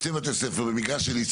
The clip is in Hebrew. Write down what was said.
לבוא ולהגיד שוועדה מקומית לא שמה לב שיש